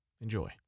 Enjoy